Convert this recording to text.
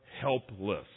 helpless